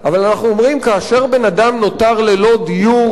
אבל אנחנו אומרים: כאשר בן-אדם נותר ללא דיור,